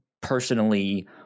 personally